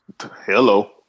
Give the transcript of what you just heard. Hello